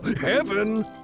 Heaven